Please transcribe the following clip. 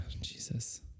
Jesus